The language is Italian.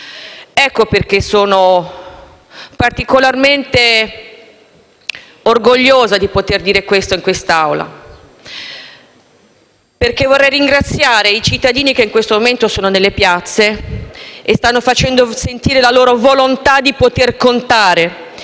Per questo sono particolarmente orgogliosa di poter dire ciò in questa Assemblea. Vorrei ringraziare i cittadini che in questo momento sono nelle piazze e stanno facendo sentire la loro volontà di poter contare